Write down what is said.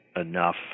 enough